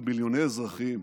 במיליוני אזרחים,